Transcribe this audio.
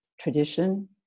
tradition